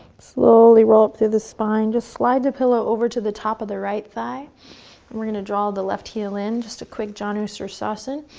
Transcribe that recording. slowly roll up through the spine. just slide the pillow over to the top of the right thigh and we're going to draw the left heel in, just a quick janu sirsasana,